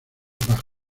bajos